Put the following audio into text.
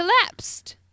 collapsed